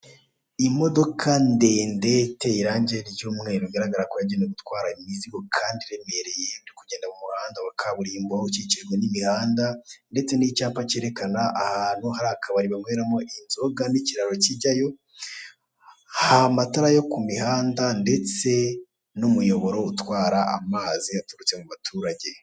Imodoka ndende iteye irangi ry'umweru bigaragara ko yagenewe gutwara imizigo iremereye, iri mu muhanda wa kaburimbo ukikijwe n'imihanda ndetse hari n'icyapa kigaragaza ahari akabari. Hari kandi amatara yo ku muhanda n'imiyoboro itwara amazi aturutse mu baturage.